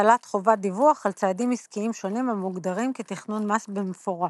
הטלת חובת דיווח על צעדים עסקיים שונים המוגדרים כתכנון מס במפורש.